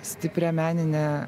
stiprią meninę